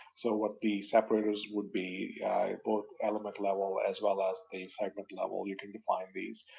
so what the separators would be, both element level as well as the segment level, you can define these.